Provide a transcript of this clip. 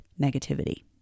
negativity